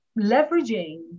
leveraging